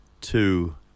two